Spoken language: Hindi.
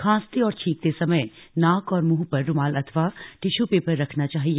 खांसते और छींकते समय नाक और मुंह पर रूमाल अथवा टिश्यू पेपर रखना चाहिए